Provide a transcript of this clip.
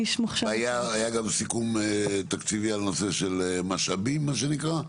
היה גם סיכום תקציבי על נושא של משאבים מה שנקרא?